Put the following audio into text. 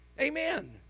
Amen